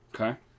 Okay